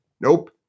nope